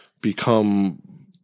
become